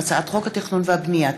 הצעת חוק ביטול המינהל האזרחי,